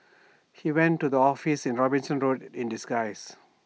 he went to the office in Robinson road in disguise